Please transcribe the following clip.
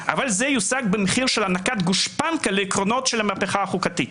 אבל זה יושג במחיר של הענקת גושפנקה לעקרונות של המהפכה החוקתית.